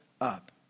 up